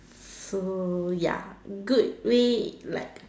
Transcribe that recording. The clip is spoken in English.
so ya good way like